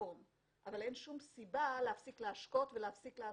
מהמקום אבל אין שום סיבה להפסיק להשקות ולהפסיק לעשות,